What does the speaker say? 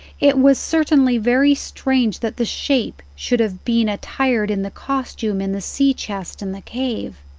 it was certainly very strange that the shape should have been attired in the costume in the sea-chest in the cave.